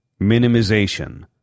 Minimization